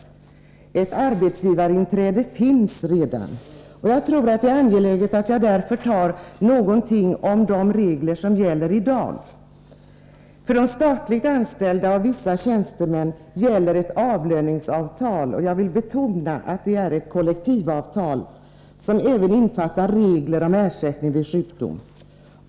Det finns redan ett arbetsgivarinträde, och jag tror att det är angeläget att jag säger någonting om de regler som gäller i dag. För de statligt anställda och vissa tjänstemän gäller ett avlöningsavtal— jag vill betona att det är ett kollektivavtal — som även innefattar regler om ersättning vid sjukdom.